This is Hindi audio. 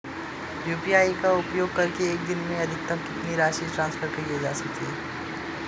यू.पी.आई का उपयोग करके एक दिन में अधिकतम कितनी राशि ट्रांसफर की जा सकती है?